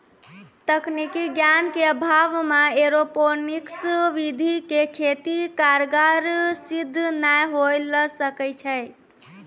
तकनीकी ज्ञान के अभाव मॅ एरोपोनिक्स विधि के खेती कारगर सिद्ध नाय होय ल सकै छो